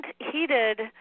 heated